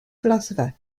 philosopher